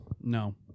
No